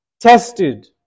Tested